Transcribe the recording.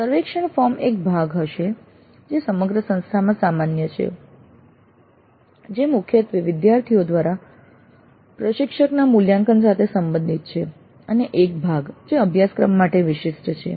સર્વેક્ષણ ફોર્મ એક ભાગ હશે જે સમગ્ર સંસ્થામાં સામાન્ય છે જે મુખ્યત્વે વિદ્યાર્થીઓ દ્વારા પ્રશિક્ષકના મૂલ્યાંકન સાથે સંબંધિત છે અને એક ભાગ જે અભ્યાસક્રમ માટે વિશિષ્ટ છે